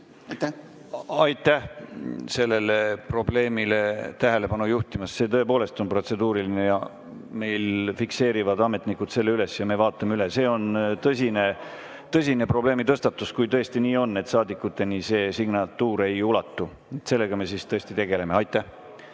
Aitäh sellele probleemile tähelepanu juhtimast! See tõepoolest on protseduuriline, meie ametnikud fikseerivad selle ja me vaatame asja üle. See on tõsine probleemitõstatus, kui tõesti nii on, et saadikuteni see signatuur ei ulatu. Sellega me siis tõesti tegeleme. Aitäh!